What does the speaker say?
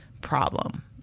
problem